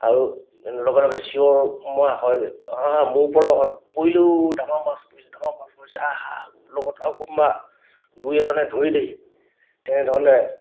আৰু লগে লগে চিঞৰ মৰা হয় আহ মোৰ পলহত পৰিলে ঔ ডাঙৰ মাছ পৰিছে ডাঙৰ মাছ পৰিছে আহ আহ লগত আৰু কোনবা দুই এজনে ধৰিদেহি তেনেধৰণে